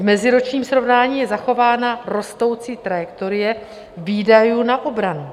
V meziročním srovnání je zachována rostoucí trajektorie výdajů na obranu.